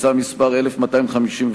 הצעה מס' 1253,